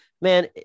man